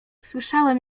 słyszałem